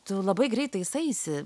tu labai greit taisaisi